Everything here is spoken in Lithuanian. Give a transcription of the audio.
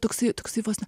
toksai toksai vos ne